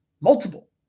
Multiple